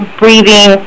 breathing